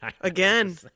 Again